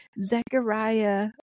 Zechariah